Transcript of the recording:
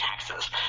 taxes